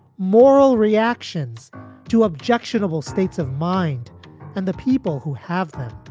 moral reactions to objectionable states of mind and the people who have them